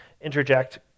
interject